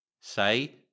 Say